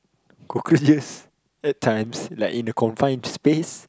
cockroaches at times like in a confine space